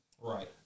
Right